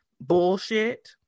bullshit